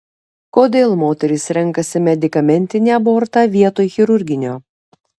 kodėl moterys renkasi medikamentinį abortą vietoj chirurginio